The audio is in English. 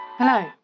Hello